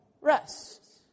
rest